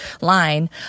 line